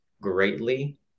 greatly